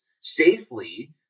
safely